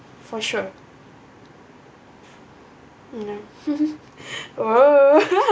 for sure um oh